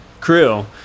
crew